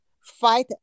fight